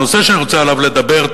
הנושא שאני רוצה לדבר עליו,